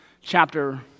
chapter